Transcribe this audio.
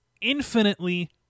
infinitely